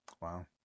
Wow